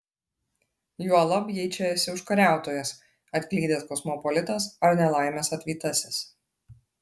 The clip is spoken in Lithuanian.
juolab jei čia esi užkariautojas atklydęs kosmopolitas ar nelaimės atvytasis